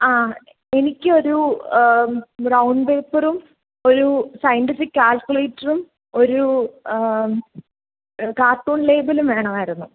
ആ എനിക്കൊരു ബ്രൗൺ പേപ്പറും ഒരു സയന്റ്റിഫിക് കാൽക്കുലേറ്ററും ഒരൂ കാർട്ടൂൺ ലേബലും വേണവായിരുന്നു